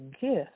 gift